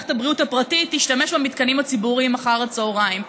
ושמערכת הבריאות הפרטית תשתמש במתקנים הציבוריים אחר הצוהריים.